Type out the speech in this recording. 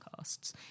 podcasts